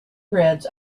grids